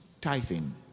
tithing